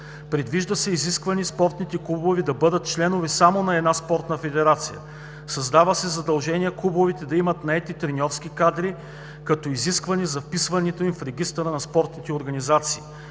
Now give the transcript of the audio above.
Предвижда се изискване спортните клубове да бъдат членове само на една спортна федерация. Създава се задължение клубовете да имат наети треньорски кадри като изискване за вписването им в Регистъра на спортните организации.